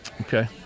Okay